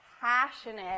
passionate